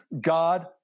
God